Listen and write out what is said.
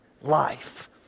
life